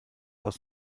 aus